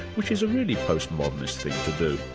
which is a really post modernist thing to do.